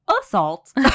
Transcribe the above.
assault